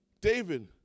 David